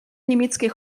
niemieckie